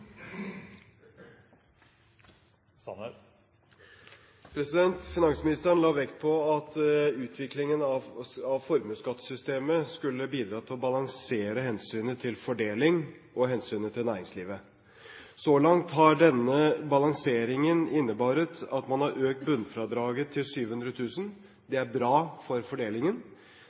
skatt. Finansministeren la vekt på at utviklingen av formuesskattesystemet skulle bidra til å balansere hensynet til fordeling og hensynet til næringslivet. Så langt har denne balanseringen innebåret at man har økt bunnfradraget til 700 000 kr – det er bra for